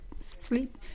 sleep